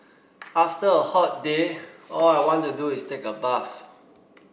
after a hot day all I want to do is take a bath